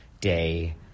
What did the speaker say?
day